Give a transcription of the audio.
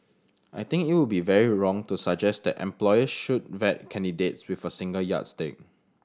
I think it would be very wrong to suggest that employers should vet candidates with a single yardstick